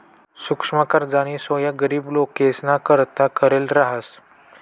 सुक्ष्म कर्जनी सोय गरीब लोकेसना करता करेल रहास